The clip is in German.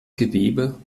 gewebe